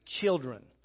children